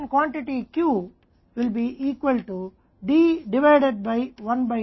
तो उत्पादन मात्रा Q D द्वारा T के बराबर होगी जो D T है